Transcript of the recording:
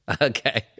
Okay